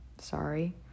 sorry